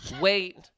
wait